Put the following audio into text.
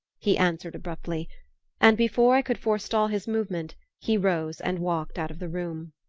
he answered abruptly and before i could forestall his movement he rose and walked out of the room.